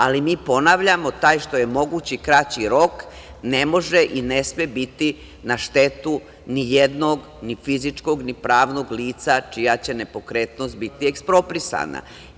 Ali, mi ponavljamo, taj što je mogući kraći rok, ne može i ne sme biti na štetu ni jednog, ni fizičkog ni pravnog lica, čija će nepokretnost biti eksproprisana.